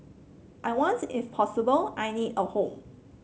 I want if possible I need a home